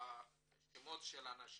לשמות של אנשים.